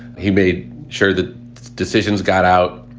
he made sure that decisions got out.